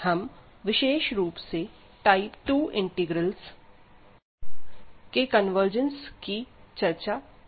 हम विशेष रूप से टाइप 2 इंटीग्रल्स के कन्वर्जन्स की चर्चा करेंगे